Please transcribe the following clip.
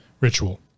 ritual